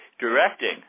directing